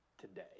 today